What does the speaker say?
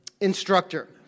instructor